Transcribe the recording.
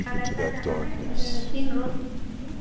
نالندا جانا ہے تین روز کو